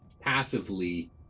passively